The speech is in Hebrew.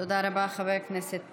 תודה רבה לחבר הכנסת פינדרוס.